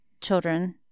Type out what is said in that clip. children